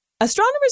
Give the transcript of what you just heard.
Astronomers